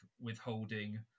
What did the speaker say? withholding